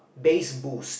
base boost